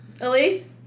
Elise